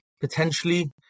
potentially